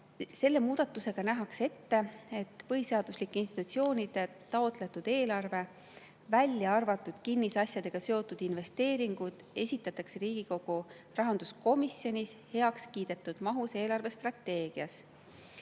Selle muudatusega nähakse ette, et põhiseaduslike institutsioonide taotletud eelarved, välja arvatud kinnisasjadega seotud investeeringud, esitatakse Riigikogu rahanduskomisjonis heakskiidetud mahus eelarvestrateegias.